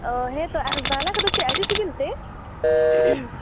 ᱚ ᱦᱮᱸ ᱛᱳ ᱟᱨ ᱵᱟᱣᱞᱟ ᱠᱚᱫᱚ ᱪᱮᱫ ᱟᱹᱰᱤ ᱥᱤᱵᱤᱞ ᱛᱮ